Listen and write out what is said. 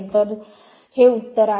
तर हे उत्तर आहे